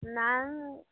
ନାଁ